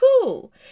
cool